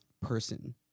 person